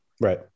Right